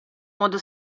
modo